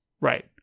Right